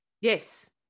Yes